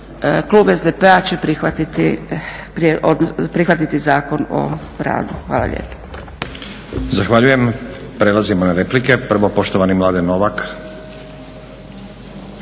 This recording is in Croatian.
Klub SDP-a će prihvatiti Zakon o radu. Hvala lijepa.